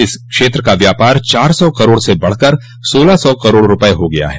इस क्षेत्र का व्यापार चार सौ करोड़ से बढ़कर सोलह सौ करोड़ रूपये हो गया है